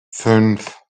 fünf